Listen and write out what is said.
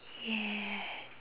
yes